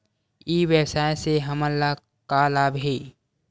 ई व्यवसाय से हमन ला का लाभ हे?